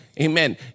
Amen